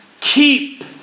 keep